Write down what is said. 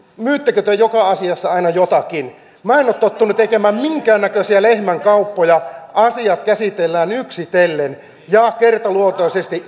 myyttekö te joka asiassa aina jotakin minä en ole tottunut tekemään minkään näköisiä lehmänkauppoja asiat käsitellään yksitellen ja kertaluontoisesti